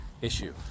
issue